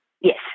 yes